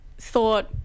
Thought